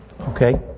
Okay